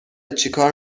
چیکار